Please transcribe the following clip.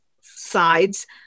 sides